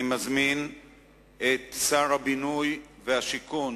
אני מזמין את שר הבינוי והשיכון